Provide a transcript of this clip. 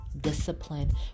discipline